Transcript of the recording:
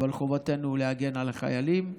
אבל חובתנו להגן על החיילים,